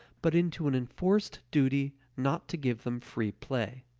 but into an enforced duty not to give them free play.